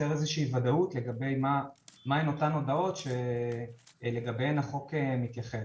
ליצור איזושהי ודאות לגבי מהן אותן הודעות שלגביהן החוק מתייחס.